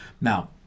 now